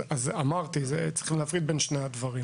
אמרתי, צריך להפריד בין שני הדברים.